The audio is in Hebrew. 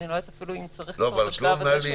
אני לא יודעת אפילו אם צריך כבר בשלב הזה,